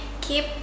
keep